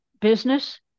business